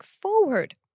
forward